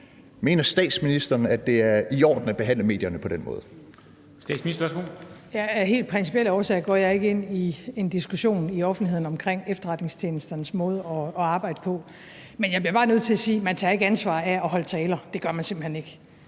Formanden (Henrik Dam Kristensen): Statsministeren, værsgo. Kl. 14:04 Statsministeren (Mette Frederiksen): Af principielle årsager går jeg ikke ind i en diskussion i offentligheden om efterretningstjenesternes måde at arbejde på, men jeg bliver bare nødt til at sige, at man ikke tager ansvar af at holde taler. Det gør man simpelt hen ikke.